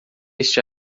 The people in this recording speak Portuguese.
este